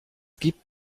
gibt